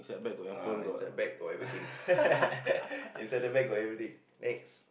ah inside bag got everything inside the bag got everything next